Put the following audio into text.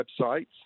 websites